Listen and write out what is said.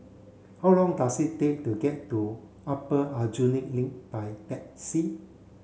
how long does it take to get to Upper Aljunied Link by taxi